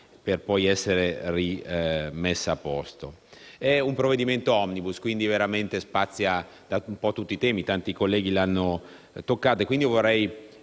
Grazie